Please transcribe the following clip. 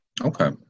Okay